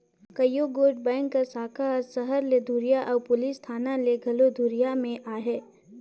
कइयो गोट बेंक कर साखा हर सहर ले दुरिहां अउ पुलिस थाना ले घलो दुरिहां में अहे